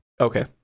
Okay